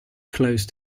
closed